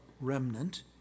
remnant